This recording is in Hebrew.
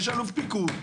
יש אלוף פיקוד.